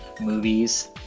movies